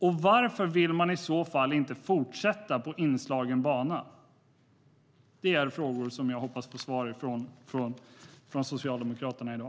Varför vill man i så fall inte fortsätta på den inslagna banan? Det är frågor som jag hoppas få svar på från Socialdemokraterna i dag.